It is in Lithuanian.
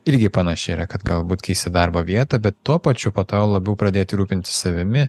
irgi panašiai yra kad galbūt keisti darbo vietą bet tuo pačiu po to labiau pradėti rūpintis savimi